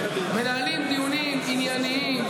מנהלים דיונים ענייניים,